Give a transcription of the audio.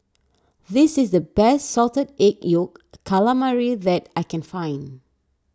this is the best Salted Egg Yolk Calamari that I can find